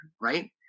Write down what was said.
Right